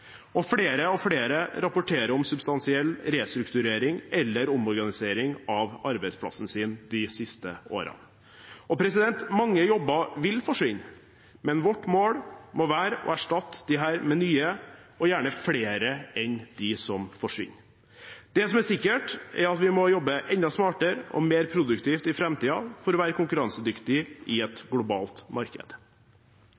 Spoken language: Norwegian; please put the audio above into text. og flere og flere rapporterer om substansiell restrukturering eller omorganisering av arbeidsplassen sin de siste årene. Mange jobber vil forsvinne, men vårt mål må være å erstatte disse med nye og gjerne flere jobber enn dem som forsvinner. Det som er sikkert, er at vi må jobbe enda smartere og mer produktivt i framtiden for å være konkurransedyktige i et